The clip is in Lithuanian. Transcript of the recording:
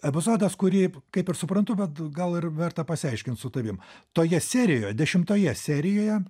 epizodas kurį kaip ir suprantu bet gal ir verta pasiaiškint su tavim toje serijoje dešimtoje serijoje